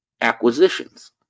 acquisitions